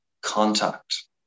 contact